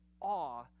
awe